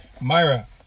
Myra